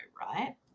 right